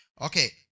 Okay